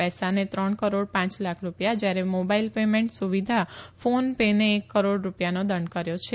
પેસાનો ત્રણ કરોડ પાંચ લાખ રૂપિયા જયારે મોબાઈલ પેમેન્ટ સુવિધા રૂપન પે નો એક કરોડ રૂપિયા દંડ કર્યો છે